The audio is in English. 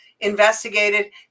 investigated